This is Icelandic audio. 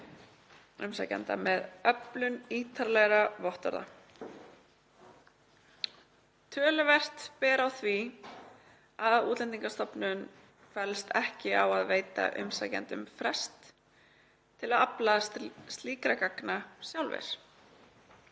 umsækjenda með öflun ítarlegri vottorða. Töluvert ber á því að Útlendingastofnun fellst ekki á að veita umsækjendum frest til að afla slíkra gagna sjálfir.